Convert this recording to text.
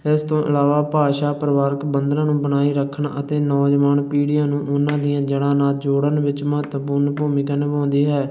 ਇਸ ਤੋਂ ਇਲਾਵਾ ਭਾਸ਼ਾ ਪਰਿਵਾਰਕ ਬੰਧਨਾਂ ਨੂੰ ਬਣਾਈ ਰੱਖਣ ਅਤੇ ਨੌਜਵਾਨ ਪੀੜ੍ਹੀਆਂ ਨੂੰ ਉਹਨਾਂ ਦੀਆਂ ਜੜ੍ਹਾਂ ਨਾਲ ਜੋੜਨ ਵਿੱਚ ਮਹੱਤਵਪੂਰਨ ਭੂਮਿਕਾ ਨਿਭਾਉਂਦੀ ਹੈ